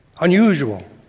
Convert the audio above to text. unusual